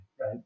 right